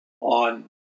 on